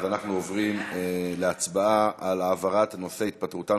אז אנחנו עוברים להצבעה על העברת נושא התפטרותם